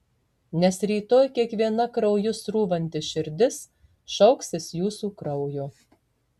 nes rytoj kiekviena krauju srūvanti širdis šauksis jūsų kraujo